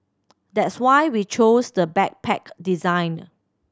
that's why we chose the backpack designed